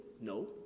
No